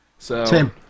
Tim